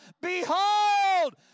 Behold